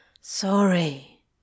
Sorry